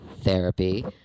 therapy